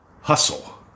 hustle